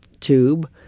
tube